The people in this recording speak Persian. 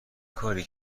کاری